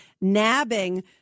nabbing